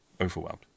overwhelmed